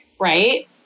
Right